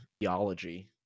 theology